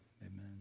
Amen